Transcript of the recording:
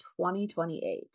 2028